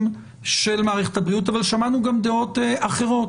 של מערכת הבריאות אבל שמענו גם דעות אחרות.